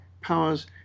powers